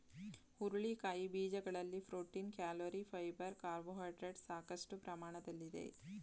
ಹುರುಳಿಕಾಯಿ ಬೀಜಗಳಲ್ಲಿ protein, calorie, fibre carbohydrates ಸಾಕಷ್ಟು ಪ್ರಮಾಣದಲ್ಲಿದೆ